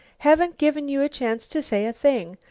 haven't given you a chance to say a thing.